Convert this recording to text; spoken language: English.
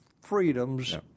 freedoms